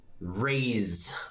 raised